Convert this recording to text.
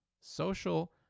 social